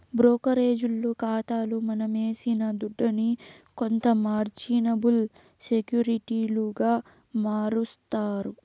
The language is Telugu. బ్రోకరేజోల్లు కాతాల మనమేసిన దుడ్డుని కొంత మార్జినబుల్ సెక్యూరిటీలుగా మారస్తారు